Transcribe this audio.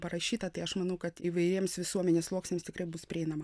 parašyta tai aš manau kad įvairiems visuomenės sluoksniams tikrai bus prieinama